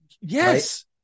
Yes